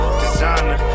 designer